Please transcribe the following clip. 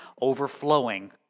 overflowing